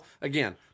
again